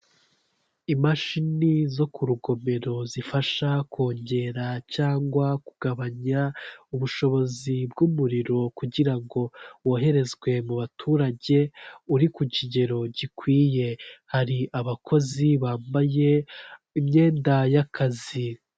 Imashini zo ku rugomero zifasha kongera cyangwa kugabanya ubushobozi bw'umuriro kugira ngo woherezwe mu baturage uri ku kigero gikwiye, hari abakozi bambaye imyenda y'akazi.